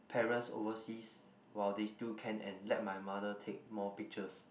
parents overseas while they still can and let my mother take more pictures